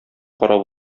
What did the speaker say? карап